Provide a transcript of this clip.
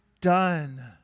done